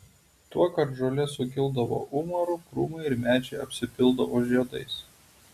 tuokart žolė sukildavo umaru krūmai ir medžiai apsipildavo žiedais